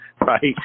Right